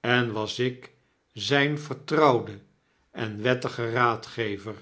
en was ik zp vertrouwde en wettige raadgever